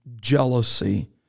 jealousy